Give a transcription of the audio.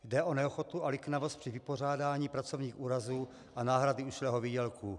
Jde o neochotu a liknavost při vypořádání pracovních úrazů a náhrady ušlého výdělku.